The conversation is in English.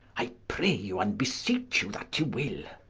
i pray you, and beseech you, that you will.